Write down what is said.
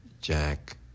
Jack